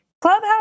Clubhouse